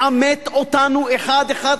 לעמת אותנו אחד אחד,